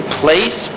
place